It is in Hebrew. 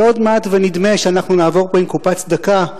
ועוד מעט ונדמה שאנחנו נעבור פה עם קופת צדקה,